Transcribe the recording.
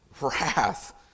wrath